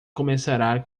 começará